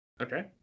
okay